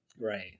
Right